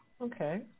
Okay